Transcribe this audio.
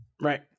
right